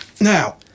Now